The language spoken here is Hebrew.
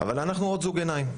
אנחנו עוד זוג עיניים,